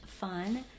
fun